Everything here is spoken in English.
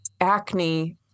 acne